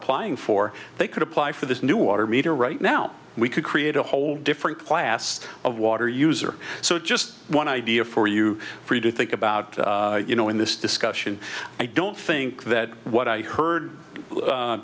applying for they could apply for this new water meter right now we could create a whole different class of water user so just one idea for you for you to think about you know in this discussion i don't think that what i heard